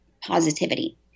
positivity